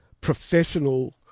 professional